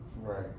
right